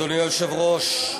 אדוני היושב-ראש,